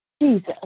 Jesus